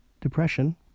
depression